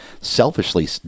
selfishly